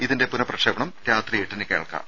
ഇതിന്റെ പുനഃപ്രക്ഷേപണം രാത്രി എട്ടിന് കേൾക്കാം